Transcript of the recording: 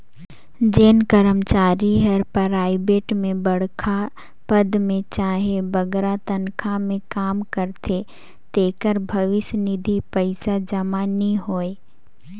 जेन करमचारी हर पराइबेट में बड़खा पद में चहे बगरा तनखा में काम करथे तेकर भविस निधि पइसा जमा नी होए